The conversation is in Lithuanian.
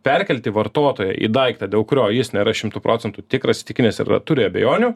perkelti vartotoją į daiktą dėl kurio jis nėra šimtu procentų tikras įsitikinęs ir turi abejonių